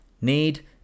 Need